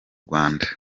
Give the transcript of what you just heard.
rwanda